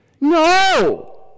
No